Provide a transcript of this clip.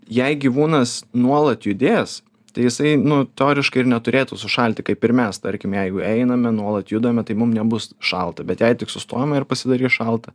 jei gyvūnas nuolat judės tai jisai nu teoriškai ir neturėtų sušalti kaip ir mes tarkim jeigu einame nuolat judame tai mum nebus šalta bet jei tik sustojame ir pasidarys šalta